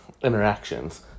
interactions